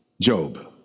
Job